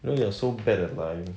you know you're so bad at lying